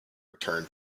return